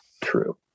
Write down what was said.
true